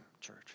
church